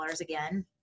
again